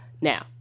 Now